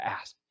ask